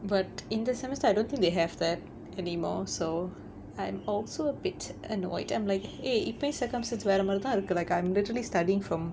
but in this semester I don't think they have that anymore so I'm also a bit annoyed I'm like eh இப்பயே:ippayae circumstance வேற மாறி தான் இருக்கு:vera maari thaan irukku I'm literally studying from